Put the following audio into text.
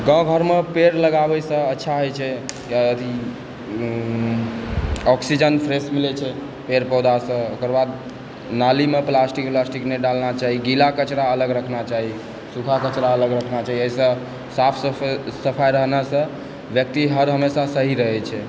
गाँव घरमे पेड़ लगाबैसँ अच्छा होइ छै ऑक्सीजन फ्रेश मिलै छै पेड़ पौधासँ ओकर बाद नालीमे प्लास्टिक उलास्टिक नहि डालना चाही गीला कचड़ा अलग रखना चाही सूखा कचड़ा अलग रखना चाही अइसँ साफ सफाइ रहनेसँ व्यक्ति हर हमेशा सही रहै छै